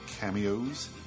cameos